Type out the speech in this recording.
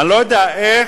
אני לא יודע איך,